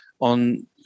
on